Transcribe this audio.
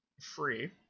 free